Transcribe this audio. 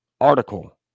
article